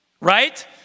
Right